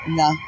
no